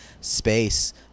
space